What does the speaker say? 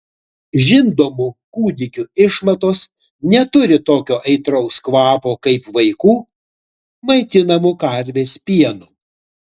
žindomų kūdikių išmatos neturi tokio aitraus kvapo kaip vaikų maitinamų karvės pienu